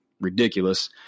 ridiculous